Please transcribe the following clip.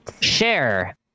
share